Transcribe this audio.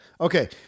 Okay